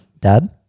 Dad